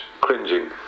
cringing